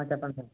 చెప్పండి సార్